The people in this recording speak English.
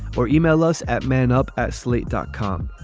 or email us at man up at slate dot com.